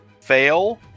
Fail